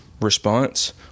Response